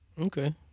Okay